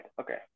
okay